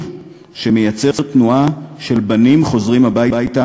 שמייצר תנועה של בנים חוזרים הביתה,